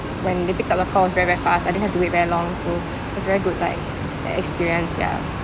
when they picked up the call it was very very fast I didn't have to wait very long so it's very good like that experience ya